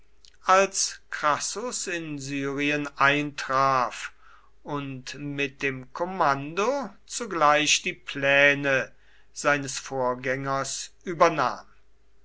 als crassus in syrien eintraf und mit dem kommando zugleich die pläne seines vorgängers übernahm